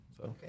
Okay